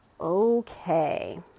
Okay